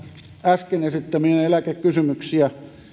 äsken esittämiäni eläkekysymyksiä